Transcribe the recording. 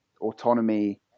autonomy